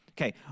okay